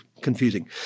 confusing